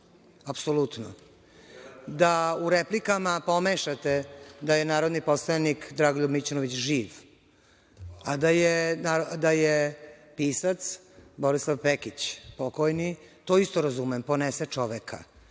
apsolutno, da u replikama pomešate da je narodni poslanik Dragoljub Mićunović živ, a da je pisac Borislav Pekić pokojni, to isto razumem, ponese čoveka.